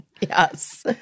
Yes